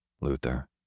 Luther